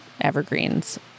evergreens